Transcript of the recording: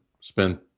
spend